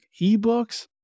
eBooks